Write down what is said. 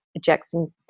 Jackson